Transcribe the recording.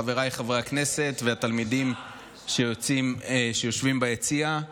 חבריי חברי הכנסת והתלמידים שיושבים ביציע: